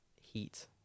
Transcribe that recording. heat